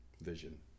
vision